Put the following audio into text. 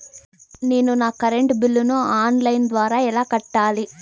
నేను నా కరెంటు బిల్లును ఆన్ లైను ద్వారా ఎలా కట్టాలి?